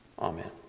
Amen